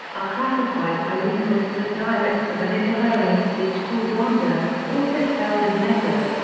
are classified by linguists as dialects of an indo-aryan speech called lahnda, also spelled as lehnda.